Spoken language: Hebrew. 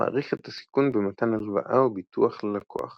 מעריך את הסיכון במתן הלוואה או ביטוח ללקוח